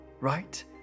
right